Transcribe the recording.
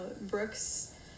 Brooks